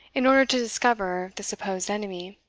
in order to discover the supposed enemy.